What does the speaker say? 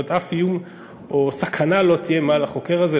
כלומר אף איום או סכנה לא יהיו מעל החוקר הזה.